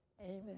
Amen